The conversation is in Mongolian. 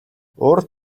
урд